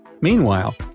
Meanwhile